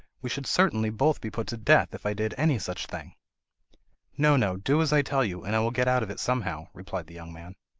we should certainly both be put to death if i did any such thing no, no do as i tell you, and i will get out of it somehow replied the young man.